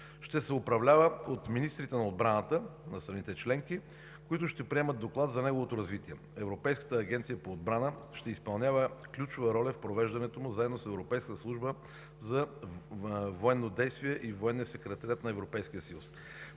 Ще се управлява от министрите на отбраната на страните членки, които ще приемат доклад за неговото развитие. Европейската агенция по отбрана ще изпълнява ключова роля в провеждането му заедно с Европейската служба за военно действие и Военния секретариат на Европейския съюз.